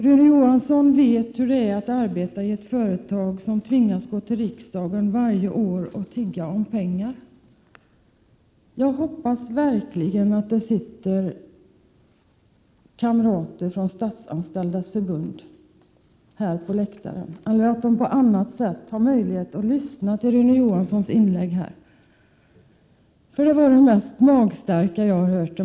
Rune Johansson vet hurudant det är att arbeta i ett företag som tvingas gå till riksdagen varje år för att tigga om pengar. Jag hoppas verkligen att det sitter kamrater från Statsanställdas förbund uppe på läktaren och lyssnar eller på annat sätt har möjlighet att ta del av Rune Johanssons inlägg här. Jag måste säga att det var det mest magstarka jag har hört.